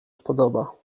spodoba